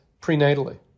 prenatally